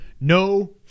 No